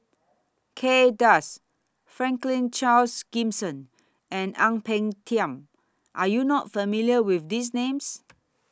Kay Das Franklin Charles Gimson and Ang Peng Tiam Are YOU not familiar with These Names